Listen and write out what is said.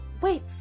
wait